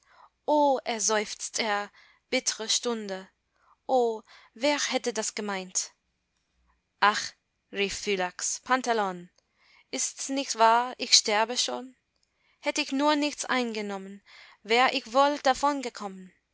erseufzt er bittre stunde o wer hätte das gemeint ach rief phylax pantelon ists nicht wahr ich sterbe schon hätt ich nur nichts eingenommen wär ich wohl davongekommen